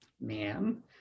ma'am